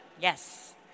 Yes